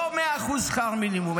לא 100% שכר מינימום,